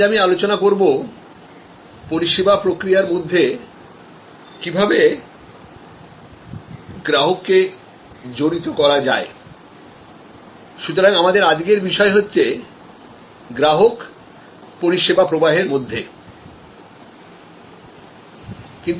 আজ আমি আলোচনা করব পরিষেবা প্রক্রিয়ার মধ্যে কিভাবে গ্রাহককে জড়িত করা যায় সুতরাং আমাদের আজকের বিষয় হচ্ছে পরিষেবা প্রবাহের মধ্যেগ্রাহক